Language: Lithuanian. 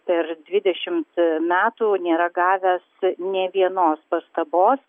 per dvidešimt metų nėra gavęs nė vienos pastabos